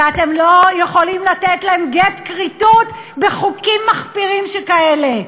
ואתם לא יכולים לתת להם גט כריתות בחוקים מחפירים כאלה,